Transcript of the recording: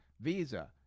visa